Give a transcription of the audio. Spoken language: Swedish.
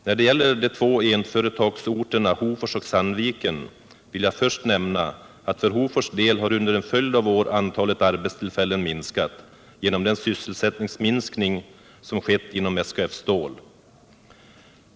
När det gäller de två enföretagsorterna Hofors och Sandviken vill jag först nämna att för Hofors del har under en följd av år antalet arbetstillfällen minskat genom den sysselsättningsminskning som skett inom SKF stål.